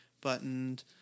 buttoned